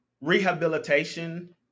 rehabilitation